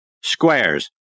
Square's